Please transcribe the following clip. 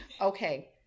Okay